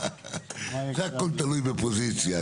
זה הכול תלוי בפוזיציה,